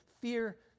fear